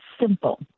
simple